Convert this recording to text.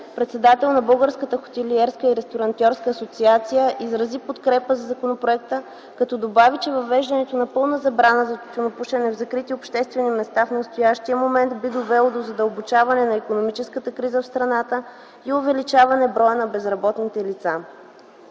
председател на Българската хотелиерска и ресторантьорска асоциация, изрази подкрепа за законопроекта, като добави, че въвеждането на пълна забрана за тютюнопушене в закрити обществени места в настоящия момент би довело до задълбочаване на икономическата криза в страната и увеличаване броя на безработните лица.